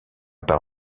pas